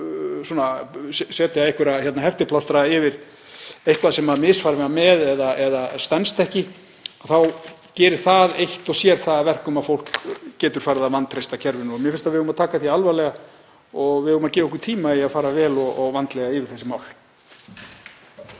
setja einhverja heftiplástra yfir eitthvað sem var misfarið með eða stenst ekki þá gerir það eitt og sér það að verkum að fólk getur farið að vantreysta kerfinu. Mér finnst að við eigum að taka það alvarlega og við eigum að gefa okkur tíma í að fara vel og vandlega yfir þessi mál.